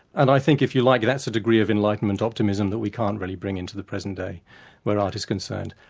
and i think if you like that's a degree of enlightenment optimism that we can't really bring into the present day where art is concerned.